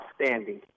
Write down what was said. outstanding